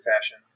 fashion